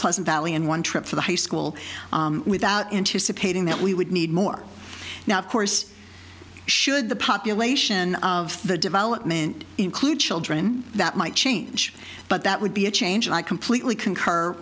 pleasant valley and one trip for the high school without anticipating that we would need more now of course should the population of the development include children that might change but that would be a change i completely concur